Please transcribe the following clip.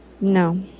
No